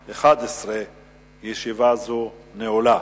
מדי יום נוסעים בישראל לבית-הספר ובחזרה כ-280,000 ילדים בהסעות